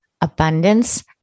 abundance